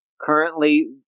Currently